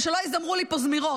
ושלא יזמרו לי פה זמירות.